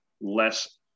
less